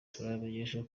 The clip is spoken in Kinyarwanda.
turabamenyesha